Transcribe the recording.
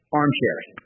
armchairs